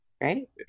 right